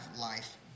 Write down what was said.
life